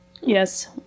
yes